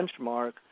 benchmark